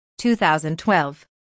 2012